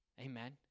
Amen